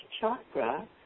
chakra